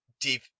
deep